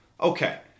Okay